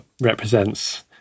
represents